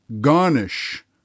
Garnish